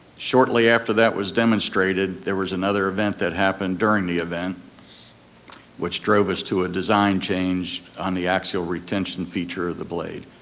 shortly after that was demonstrated, there was another event that happened during the event which drove us to a design change on the axial retention feature of the blade.